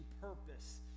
purpose